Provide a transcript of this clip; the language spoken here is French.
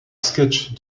sketchs